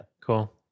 Cool